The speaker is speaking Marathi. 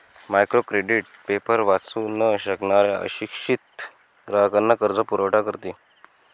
मायक्रो क्रेडिट पेपर वाचू न शकणाऱ्या अशिक्षित ग्राहकांना कर्जपुरवठा करते